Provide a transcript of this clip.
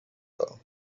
though